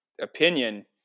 opinion